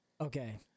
okay